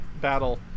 battle